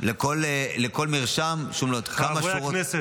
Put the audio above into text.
לכל מרשם ------ חברי הכנסת.